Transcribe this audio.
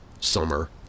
summer